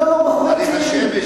לא, בחורים צעירים.